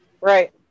Right